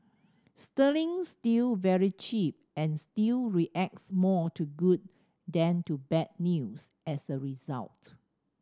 sterling's still very cheap and still reacts more to good than to bad news as a result